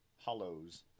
Hollows